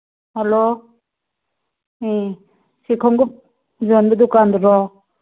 hello ꯎꯝ ꯁꯤ ꯈꯣꯡꯎꯞ ꯌꯣꯟꯕ ꯗꯨꯀꯥꯟꯗꯨꯔꯣ